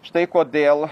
štai kodėl